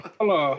Hello